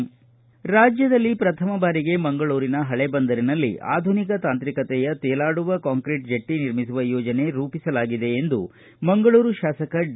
ಸಂಗ್ರಾಂಗ್ ರಾಜ್ಯದಲ್ಲಿ ಪ್ರಥಮ ಬಾರಿಗೆ ಮಂಗಳೂರಿನ ಹಳೆ ಬಂದರಿನಲ್ಲಿ ಆಧುನಿಕ ತಾಂತ್ರಿಕತೆಯ ತೇಲಾಡುವ ಕಾಂಕ್ರೀಟ್ ಜೆಟ್ಟಿ ನಿರ್ಮಿಸುವ ಯೋಜನೆ ರೂಪಿಸಲಾಗಿದೆ ಎಂದು ಮಂಗಳೂರು ಶಾಸಕ ಡಿ